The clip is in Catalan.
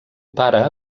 pare